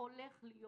הולך להיות